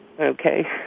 Okay